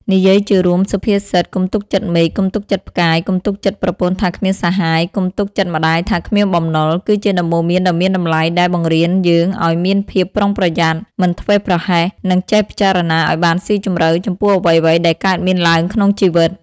និយាយជារួម សុភាសិត "កុំទុកចិត្តមេឃកុំទុកចិត្តផ្កាយ កុំទុកចិត្តប្រពន្ធថាគ្មានសាហាយ កុំទុកចិត្តម្ដាយថាគ្មានបំណុល" គឺជាដំបូន្មានដ៏មានតម្លៃដែលបង្រៀនយើងឱ្យមានភាពប្រុងប្រយ័ត្ន មិនធ្វេសប្រហែស និងចេះពិចារណាឱ្យបានស៊ីជម្រៅចំពោះអ្វីៗដែលកើតមានឡើងក្នុងជីវិត។